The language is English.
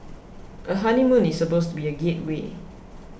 a honeymoon is supposed to be a gateway